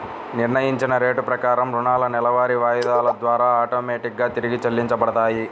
నిర్ణయించిన రేటు ప్రకారం రుణాలు నెలవారీ వాయిదాల ద్వారా ఆటోమేటిక్ గా తిరిగి చెల్లించబడతాయి